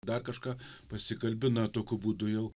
dar kažką pasikalbina tokiu būdu jau